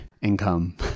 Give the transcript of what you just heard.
income